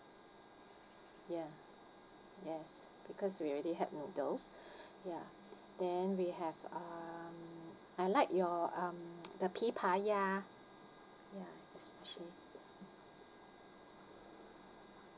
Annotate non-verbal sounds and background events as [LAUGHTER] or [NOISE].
ya yes because we already have noodles [BREATH] ya then we'll have um I like your um [NOISE] the pea pie ya especially